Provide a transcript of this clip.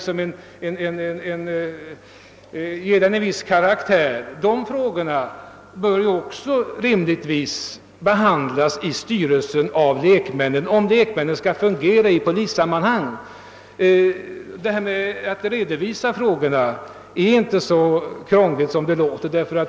Sådana frågor bör rimligtvis också behandlas av lekmännen i styrelsen, om lekmännen skall fungera i polissammanhang. Redovisningen av frågorna är inte så krånglig som det låter.